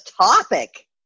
topic